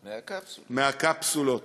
מהקפסולות.